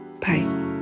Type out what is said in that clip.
bye